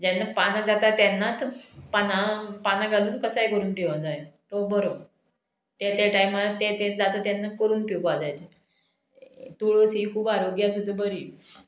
जेन्ना पानां जाता तेन्नात पानां पानां घालून कसाय करून पियो जाय तो बरो तें त्या टायमार तें तें जाता तेन्ना करून पिवपा जाय तुळस ही खूब आरोग्य आसूं बरी